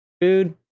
dude